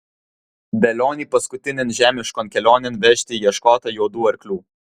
velionį paskutinėn žemiškon kelionėn vežti ieškota juodų arklių